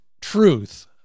truth